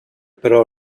però